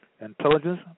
Intelligence